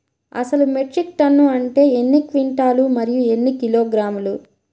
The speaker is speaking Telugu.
అసలు మెట్రిక్ టన్ను అంటే ఎన్ని క్వింటాలు మరియు ఎన్ని కిలోగ్రాములు?